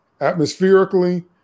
Atmospherically